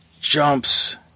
jumps